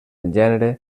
gènere